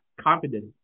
confidence